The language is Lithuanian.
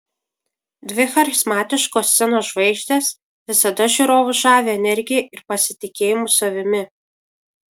dvi charizmatiškos scenos žvaigždės visada žiūrovus žavi energija ir pasitikėjimu savimi